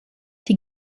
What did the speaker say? die